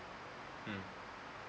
mm